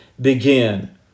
begin